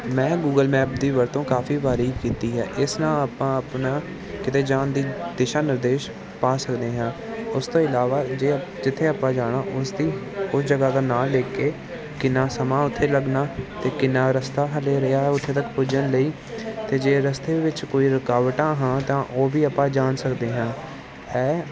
ਮੈਂ Google map ਦੀ ਵਰਤੋਂ ਕਾਫੀ ਵਾਰੀ ਕੀਤੀ ਹੈ ਇਸ ਨਾਲ ਆਪਾਂ ਆਪਣਾ ਕਿਤੇ ਜਾਣ ਦੀ ਦਿਸ਼ਾ ਨਿਰਦੇਸ਼ ਪਾ ਸਕਦੇ ਹਾਂ ਉਸ ਤੋਂ ਇਲਾਵਾ ਜੇ ਜਿੱਥੇ ਆਪਾਂ ਜਾਣਾ ਉਸ ਦੀ ਉਸ ਜਗ੍ਹਾ ਦਾ ਨਾਂ ਲਿਖ ਕੇ ਕਿੰਨਾ ਸਮਾਂ ਉੱਥੇ ਲੱਗਣਾ ਅਤੇ ਕਿੰਨਾ ਰਸਤਾ ਹਜੇ ਰਿਹਾ ਉੱਥੇ ਤੱਕ ਪੁੱਜਣ ਲਈ ਅਤੇ ਜੇ ਰਸਤੇ ਵਿੱਚ ਕੋਈ ਰੁਕਾਵਟਾਂ ਹਾਂ ਤਾਂ ਉਹ ਵੀ ਆਪਾਂ ਜਾਣ ਸਕਦੇ ਹਾਂ ਹੈ